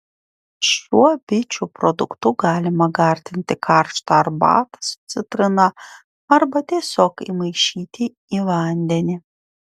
šiuo bičių produktu galima gardinti karštą arbatą su citrina arba tiesiog įmaišyti į vandenį